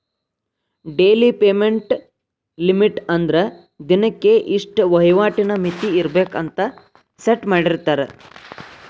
daily payment limit ಅಂದ್ರ ದಿನಕ್ಕೆ ಇಷ್ಟ ವಹಿವಾಟಿನ್ ಮಿತಿ ಇರ್ಬೆಕ್ ಅಂತ ಸೆಟ್ ಮಾಡಿರ್ತಾರ